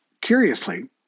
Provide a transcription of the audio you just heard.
Curiously